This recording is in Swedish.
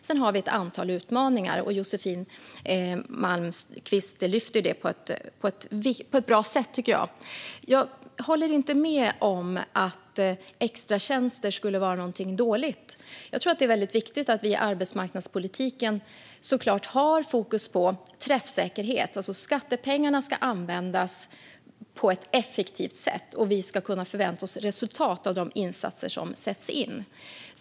Sedan har vi ett antal utmaningar, som jag tycker att Josefin Malmqvist lyfter upp på ett bra sätt. Jag håller inte med om att extratjänster skulle vara något dåligt. Jag tror att det är viktigt att vi i arbetsmarknadspolitiken har fokus på träffsäkerhet. Skattepengarna ska användas på ett effektivt sätt, och vi ska kunna förvänta oss resultat av de insatser som sätts in.